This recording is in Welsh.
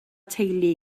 teulu